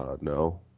no